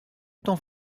temps